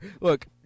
Look